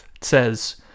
says